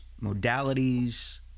modalities